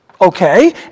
okay